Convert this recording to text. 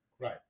right